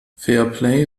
fairplay